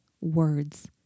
words